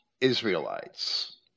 Israelites